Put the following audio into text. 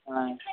ఆ